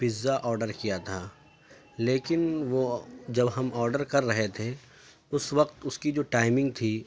pizza order کیا تھا لیکن وہ جب ہم آرڈر کر رہے تھے اس وقت اس کی جو ٹائمنگ تھی